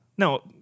No